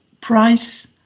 price